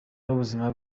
n’ubuzima